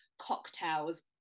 cocktails